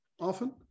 often